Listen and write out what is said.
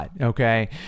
okay